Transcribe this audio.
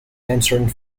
answering